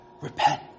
Repent